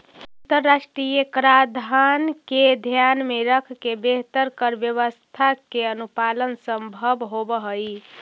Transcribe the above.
अंतरराष्ट्रीय कराधान के ध्यान में रखके बेहतर कर व्यवस्था के अनुपालन संभव होवऽ हई